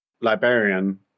librarian